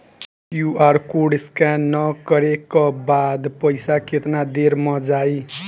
QR code scan न करे क बाद पइसा केतना देर म जाई?